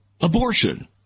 abortion